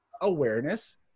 awareness